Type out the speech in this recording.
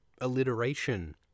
alliteration